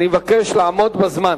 אני מבקש לעמוד בזמן.